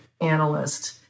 analyst